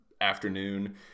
afternoon